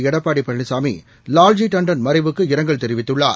எடப்பாடிபழனிசாமி லால்ஜி தாண்டன் மறைவுக்கு இரங்கல் தெரிவித்துள்ளார்